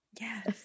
Yes